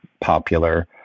popular